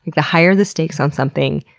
the higher the stakes on something,